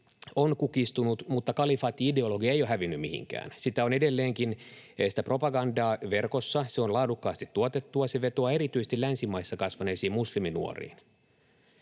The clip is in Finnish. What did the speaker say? on kukistunut, mutta kalifaatti-ideologia ei ole hävinnyt mihinkään. Sitä propagandaa on edelleenkin verkossa. Se on laadukkaasti tuotettua. Se vetoaa erityisesti länsimaissa kasvaneisiin musliminuoriin.